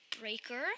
Breaker